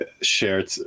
shared